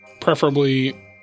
Preferably